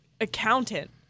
accountant